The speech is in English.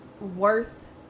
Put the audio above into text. worth